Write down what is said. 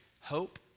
hope